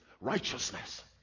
righteousness